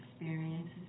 experiences